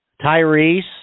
Tyrese